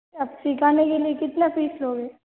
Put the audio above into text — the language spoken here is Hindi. आप सिखाने के लिए कितना फ़ीस लोगे